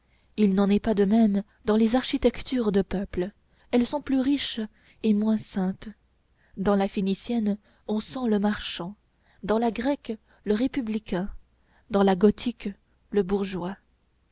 il n'en est pas de même dans les architectures de peuple elles sont plus riches et moins saintes dans la phénicienne on sent le marchand dans la grecque le républicain dans la gothique le bourgeois